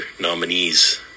nominees